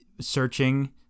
searching